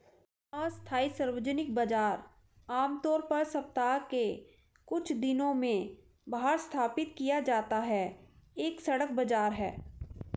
अस्थायी सार्वजनिक बाजार, आमतौर पर सप्ताह के कुछ दिनों में बाहर स्थापित किया जाता है, एक सड़क बाजार है